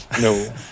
No